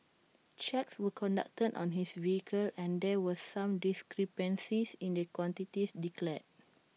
checks were conducted on his vehicle and there were some discrepancies in the quantities declared